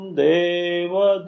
deva